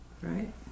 Right